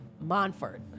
Monfort